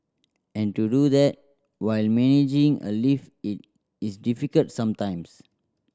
and to do that while managing a lift is difficult sometimes